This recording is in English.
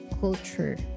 culture